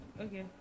Okay